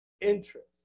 interest